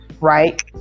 right